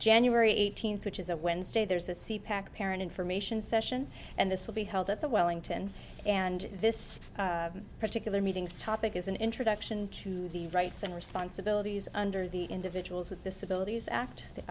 january eighteenth which is a wednesday there's a c pack parent information session and this will be held at the wellington and this particular meetings topic is an introduction two the rights and responsibilities under the individuals with disabilities